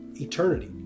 eternity